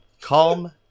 Calm